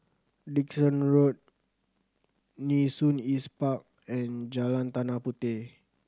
Dickson Road Nee Soon East Park and Jalan Tanah Puteh